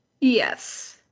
Yes